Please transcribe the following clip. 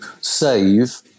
save